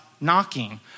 knocking